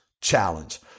challenge